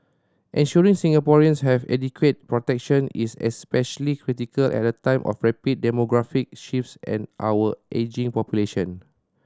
ensuring Singaporeans have adequate protection is especially critical at a time of rapid demographic shifts and our ageing population